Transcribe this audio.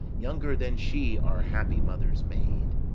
younger than she are happy mothers made.